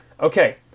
okay